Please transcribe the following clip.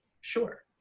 sure